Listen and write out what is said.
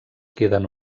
queden